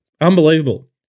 Unbelievable